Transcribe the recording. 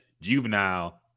Juvenile